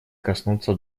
коснуться